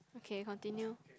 okay continue